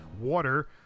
water